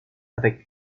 avec